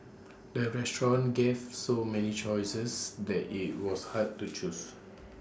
the restaurant gave so many choices that IT was hard to choose